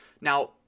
Now